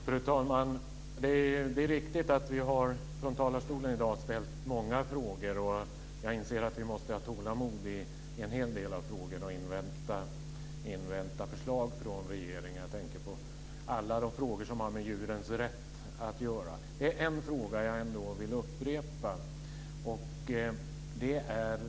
Fru talman! Det är riktigt att vi har ställt många frågor från talarstolen i dag. Jag inser att vi måste ha tålamod i en hel del av frågorna och invänta förslag från regeringen. Jag tänker på alla de frågor som har med djurens rätt att göra. Men det finns en fråga som jag ändå vill upprepa.